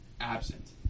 absent